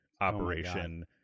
operation